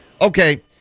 Okay